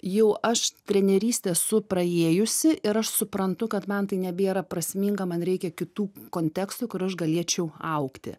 jau aš trenerystę esu praėjusi ir aš suprantu kad man tai nebėra prasminga man reikia kitų kontekstų kur aš galėčiau augti